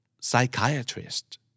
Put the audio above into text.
Psychiatrist